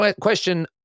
question